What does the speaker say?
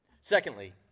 Secondly